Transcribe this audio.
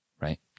right